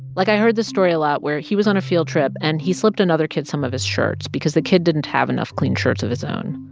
like, i heard this story a lot where he was on a field trip, and he slipped another kid some of his shirts because the kid didn't have enough clean shirts of his own.